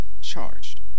charged